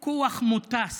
מספר כוח מוטס